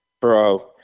bro